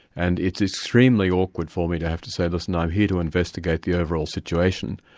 and it's extremely awkward for me to have to say, listen, i'm here to investigate the overall situation,